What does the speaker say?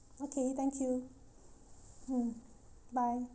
okay thank you mm bye